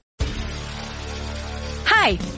hi